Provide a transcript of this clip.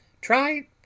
Try